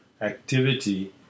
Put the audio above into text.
activity